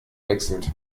wechselt